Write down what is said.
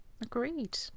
Agreed